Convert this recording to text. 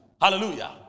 hallelujah